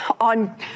on